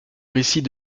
récits